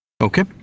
Okay